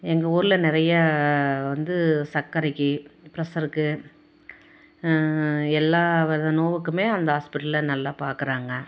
எங்கள் ஊர்ல நிறைய வந்து சக்கரைக்கு ப்ரசருக்கு எல்லா வக நோவுக்குமே அந்த ஹாஸ்பிட்டல்ல நல்லா பார்க்கறாங்க